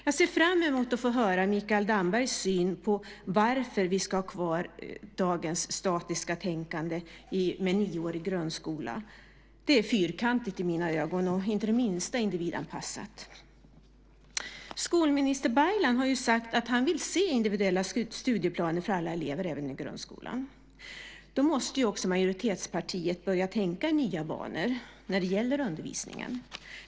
Jag ser fram emot att få höra Mikael Dambergs syn på varför vi ska ha kvar dagens statiska tänkande med en nioårig grundskola. Det är fyrkantigt i mina ögon och inte det minsta individanpassat. Skolminister Baylan har ju sagt att han vill se individuella studieplaner för alla elever även i grundskolan. Då måste också majoritetspartiet börja tänka i nya banor när det gäller undervisningen.